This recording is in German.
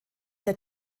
der